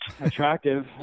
attractive